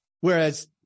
Whereas